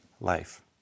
life